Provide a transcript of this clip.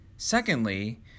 Secondly